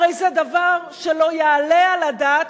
הרי זה דבר שלא יעלה על הדעת,